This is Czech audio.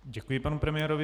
Děkuji panu premiérovi.